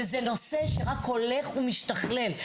וזה נושא שרק הולך ומשתכלל.